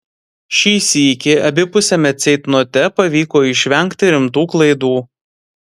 šį sykį abipusiame ceitnote pavyko išvengti rimtų klaidų